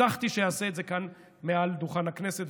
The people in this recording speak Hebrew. הבטחתי שאעשה את זה כאן מעל דוכן הכנסת,